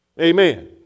Amen